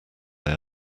they